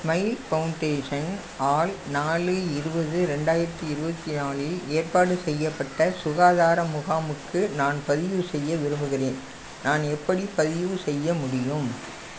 smile Foundation ஆல் நாலு இருபது ரெண்டாயிரத்தி இருபத்தி நாலில் ஏற்பாடு செய்யப்பட்ட சுகாதார முகாமுக்கு நான் பதிவு செய்ய விரும்புகிறேன் நான் எப்படி பதிவு செய்ய முடியும்